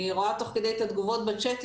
אני רואה תוך כדי את התגובות בצ'ט,